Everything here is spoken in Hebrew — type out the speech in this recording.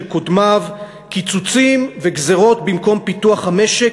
קודמיו: קיצוצים וגזירות במקום פיתוח המשק,